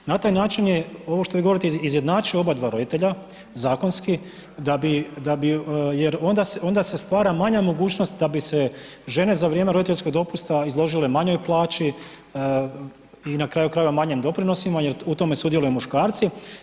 Na taj način je ovo što vi govorite izjednačio oba roditelja zakonski jer onda se stvara manja mogućnost da bi se žene za vrijeme roditeljskog dopusta izložile manjoj plaći i na kraju krajeva manjim doprinosima jer u tome sudjeluju muškarci.